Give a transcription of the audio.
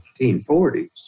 1940s